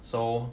so